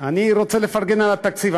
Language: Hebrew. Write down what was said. אני רוצה לפרגן על התקציב.